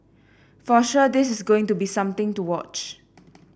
for sure this is going to be something to watch